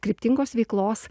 kryptingos veiklos